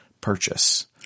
purchase